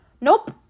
Nope